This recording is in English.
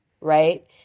right